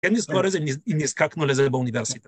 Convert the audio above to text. אם נזכור אז נזקקנו לזה באוניברסיטה.